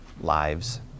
lives